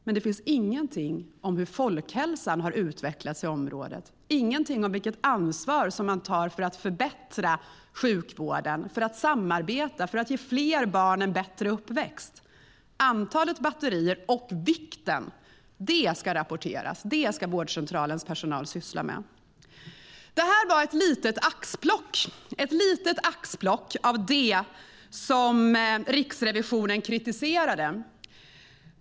Men det finns ju ingenting som hur folkhälsan har utvecklats i området, ingenting om vilket ansvar som man tar för att förbättra sjukvården, för att samarbeta, för att ge fler barn en bättre uppväxt. Antalet batterier och vikten av dem ska rapporteras. Det ska vårdcentralens personal syssla med. Detta var ett litet axplock av det som Riksrevisionen kritiserade.